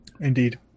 Indeed